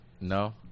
no